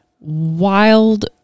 wild